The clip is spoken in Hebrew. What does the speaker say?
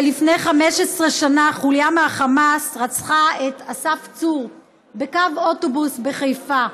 שלפני 15 שנה חוליה מהחמאס רצחה את אסף צור בקו אוטובוס בחיפה,